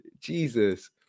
Jesus